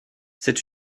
c’est